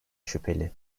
şüpheli